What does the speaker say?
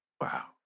Wow